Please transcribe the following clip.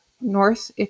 North